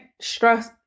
stress